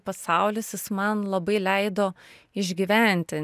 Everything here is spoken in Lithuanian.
pasaulis jis man labai leido išgyventi